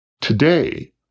Today